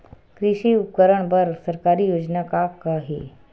कृषि उपकरण बर सरकारी योजना का का हे?